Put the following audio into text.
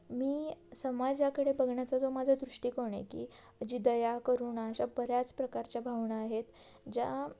मी समाजाकडे बघण्याचा जो माझा दृष्टिकोण आहे की जी दया करुणा अशा बऱ्याच प्रकारच्या भावना आहेत ज्या